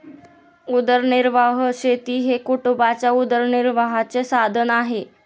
उदरनिर्वाह शेती हे कुटुंबाच्या उदरनिर्वाहाचे साधन आहे